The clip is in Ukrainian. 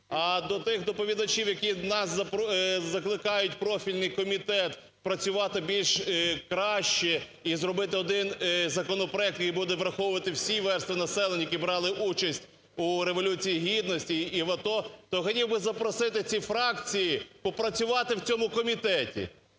А до тих доповідачів, які нас закликають, профільний комітет, працювати більш краще і зробити один законопроект, який буде враховувати всі верства населення, які брали участь у Революції Гідності і в АТО, то хотів би запросити ці фракції попрацювати в цьому комітеті.